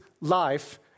life